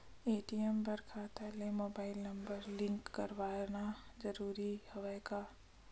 ATM बर खाता ले मुबाइल नम्बर लिंक करवाना ज़रूरी हवय का?